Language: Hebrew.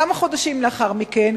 כמה חודשים לאחר מכן,